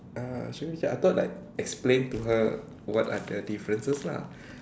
uh show me I thought like explain to her what are the differences lah